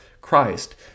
Christ